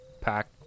pack